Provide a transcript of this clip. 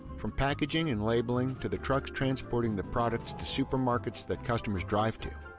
from packaging and labeling to the trucks transporting the products to supermarkets that customers drive to.